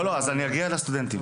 אגיע לסטודנטים.